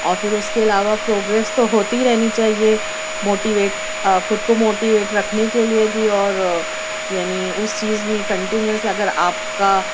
اور پھر اس کے علاوہ پروگریس تو ہوتی رہنی چاہیے موٹیویٹ خود کو موٹیویٹ رکھنے کے لیے بھی اور یعنی اس چیز میں کنٹینوس اگر آپ کا